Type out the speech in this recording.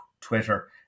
Twitter